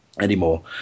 anymore